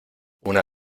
una